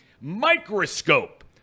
microscope